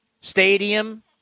stadium